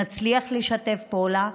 נצליח לשתף פעולה.